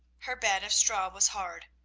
her bed of straw was hard,